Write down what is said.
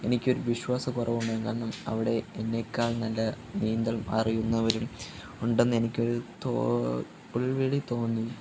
എനിക്ക് ഒരു വിശ്വാസക്കുറവ് വന്നു അവിടെ എന്നേക്കാൾ നല്ല നീന്തൽ അറിയുന്നവരും ഉണ്ടെന്നെനിക്കൊരു തോ ഉൾവിളി തോന്നി